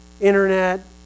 internet